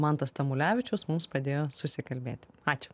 mantas tamulevičius mums padėjo susikalbėti ačiū